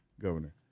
Governor